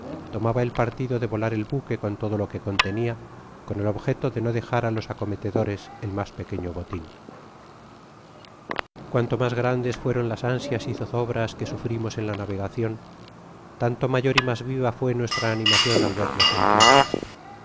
tomaba el partido de volar el buque con todo lo que contenia con el objeto de nc dejar á los acometedores el mas pequeño botín cuanto mas grandes fueron las ansias y zozobras que sufrimos en la navegacion tanto mayor y mas viva fué nuestra animacion al verlos en tierra